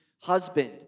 husband